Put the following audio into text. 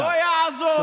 לא יעזור.